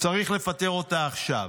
צריך לפטר אותה עכשיו.